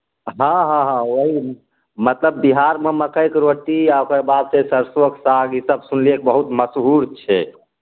हॅंं हॅं हॅंं हॅं ओहि मतलब बिहारमे मकइके रोटी आ ओकर बाद से सरसोंके साग ई सब सुनलीयै कि बहुत मसहूर छै